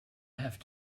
have